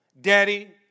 Daddy